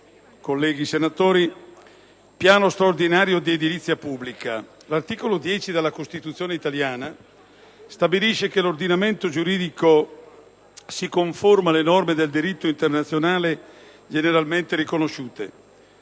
e 2.575. Quanto al Piano straordinario di edilizia pubblica, l'articolo 10 della Costituzione italiana stabilisce che l'ordinamento giuridico italiano si conforma alle norme del diritto internazionale generalmente riconosciute.